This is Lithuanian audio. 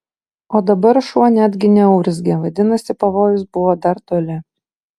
o dabar šuo netgi neurzgė vadinasi pavojus buvo dar toli